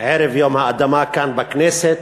ערב יום האדמה, כאן, בכנסת,